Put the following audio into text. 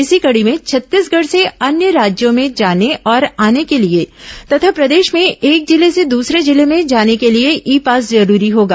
इसी कड़ी में छत्तीसगढ़ से अन्य राज्यों में जाने और आने के लिए तथा प्रदेश में एक जिले से दूसरे जिले में जाने के लिए ई पास जरूरी रहेगा